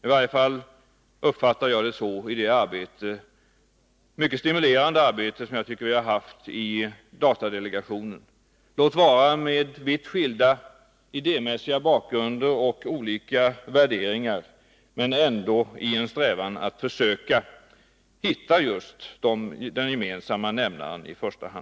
I varje fall uppfattar jag det så i det mycket stimulerande arbete som jag tycker att vi haft i datadelegationen — låt vara med vitt skilda idémässiga bakgrunder och olika värderingar, men ändå i en strävan att försöka hitta den gemensamma nämnaren.